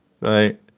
right